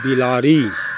बिलाड़ि